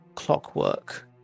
clockwork